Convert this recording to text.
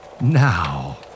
Now